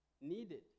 needed